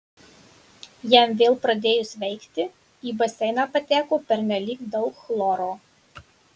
jam vėl pradėjus veikti į baseiną pateko pernelyg daug chloro